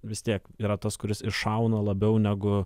vis tiek yra tas kuris iššauna labiau negu